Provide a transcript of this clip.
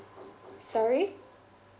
sorry